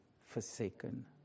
forsaken